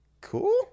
cool